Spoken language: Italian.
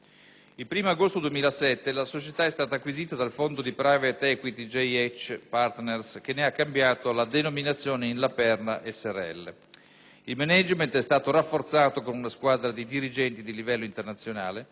Il primo agosto del 2007, la società è stata acquisita dal fondo di *private equity* "JH Partners" che ne ha cambiato la denominazione in "La Perla s.r.l". Il *management* è stato rafforzato con una squadra di dirigenti di livello internazionale,